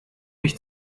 mich